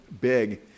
big